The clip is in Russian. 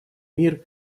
мир